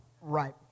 right